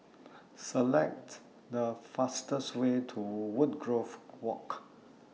Select The fastest Way to Woodgrove Walk